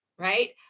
right